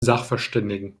sachverständigen